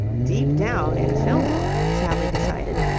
deep down in fillmore, sally decided,